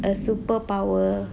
a superpower